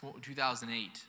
2008